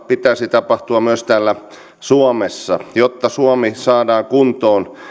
pitäisi tapahtua myös täällä suomessa jotta suomi saadaan kuntoon